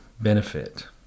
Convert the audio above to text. benefit